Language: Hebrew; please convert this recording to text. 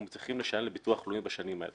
צריכים לשלם לביטוח לאומי בשנים האלה.